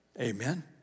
Amen